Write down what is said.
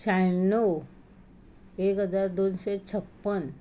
शाण्णव एक हजार दोनशें छप्पन